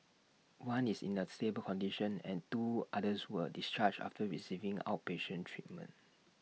one is in A stable condition and two others were discharged after receiving outpatient treatment